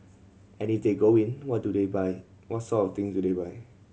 and if they go in what do they buy what sort things do they buy